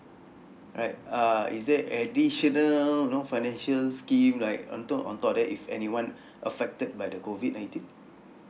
right uh is there additional you know financial scheme like on top on top of that if anyone affected by the COVID nineteen